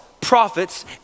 prophets